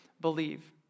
believe